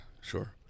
sure